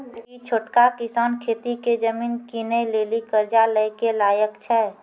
कि छोटका किसान खेती के जमीन किनै लेली कर्जा लै के लायक छै?